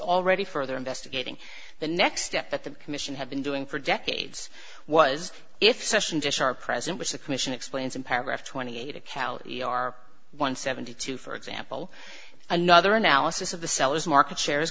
already further investigating the next step that the commission had been doing for decades was if session just our present was a commission explains in paragraph twenty eight account we are one seventy two for example another analysis of the seller's market shares